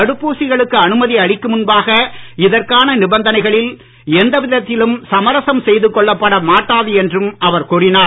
தடுப்பூசிகளுக்கு அனுமதி அளிக்கும் முன்பாக இதற்கான நிபந்தனைகளில் எந்தவிதத்திலும் சமரசம் செய்து கொள்ளப்பட மாட்டாது என்றும் அவர் கூறினார்